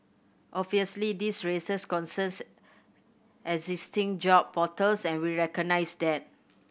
obviously this raises concerns existing job portals and we recognise that